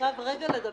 עכשיו אעבור לדבר